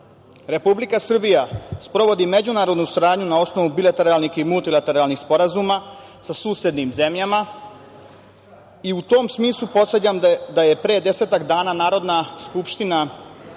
godine. Republika Srbija sprovodi međunarodnu saradnju na osnovu bilateralnih i multilateralnih sporazuma sa susednim zemljama.U tom smislu podsećam da je pre desetak dana Narodna skupština